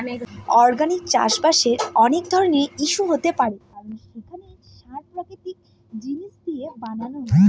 organic চাষবাসের অনেক ধরনের ইস্যু হতে পারে কারণ সেখানে সার প্রাকৃতিক জিনিস দিয়ে বানানো হয়